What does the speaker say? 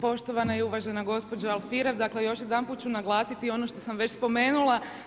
Poštovana i uvažena gospođo Alfirev, dakle još jedanput ću naglasiti ono što sam već spomenula.